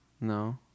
no